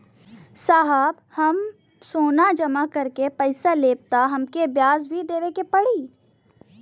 साहब हम सोना जमा करके पैसा लेब त हमके ब्याज भी देवे के पड़ी?